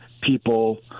people